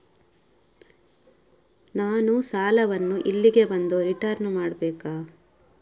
ನಾನು ಸಾಲವನ್ನು ಇಲ್ಲಿಗೆ ಬಂದು ರಿಟರ್ನ್ ಮಾಡ್ಬೇಕಾ?